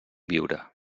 viure